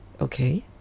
okay